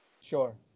Sure